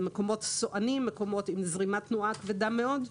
מקומות סואנים, מקומות עם זרימת תנועה כבדה מאוד.